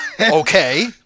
Okay